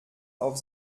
auf